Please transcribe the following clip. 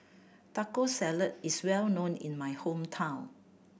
Taco Salad is well known in my hometown